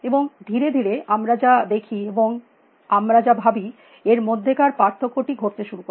এবং ধীরে ধীরে আমরা যা দেখি এবং আমরা যা ভাবি এর মধ্যেকার পার্থক্য টি ঘটতে শুরু করে